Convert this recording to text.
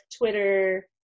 Twitter